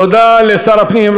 תודה לשר הפנים.